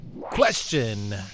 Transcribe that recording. Question